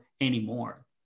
anymore